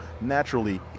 naturally